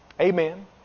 Amen